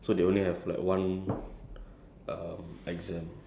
I think primary one and two they don't have to take exams